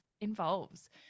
involves